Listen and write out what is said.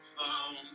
Home